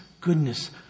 goodness